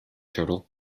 turtle